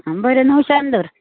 आ बरें णवशान दर